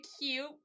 cute